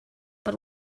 but